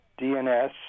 DNS